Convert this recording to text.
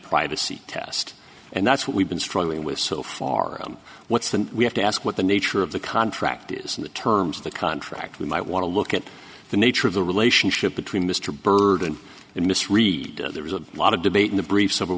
privacy test and that's what we've been struggling with so far on what's the we have to ask what the nature of the contract is in the terms of the contract we might want to look at the nature of the relationship between mr burton and miss reed there was a lot of debate in the brief